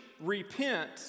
repent